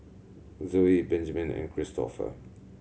Zoey Benjiman and Kristoffer